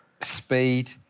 speed